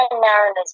Mariners